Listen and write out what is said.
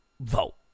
vote